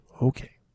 okay